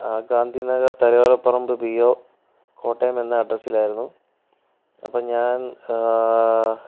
Gandhinagar Thalayolaparambu P O Kottayam എന്ന അഡ്രസ്സിലായിരുന്നു അപ്പോൾ ഞാൻ